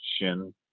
shin